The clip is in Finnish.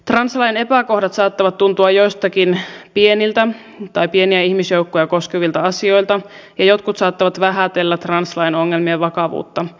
translain epäkohdat saattavat tuntua joistakin pieniltä tai pieniä ihmisjoukkoja koskevilta asioilta ja jotkut saattavat vähätellä translain ongelmien vakavuutta